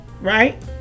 right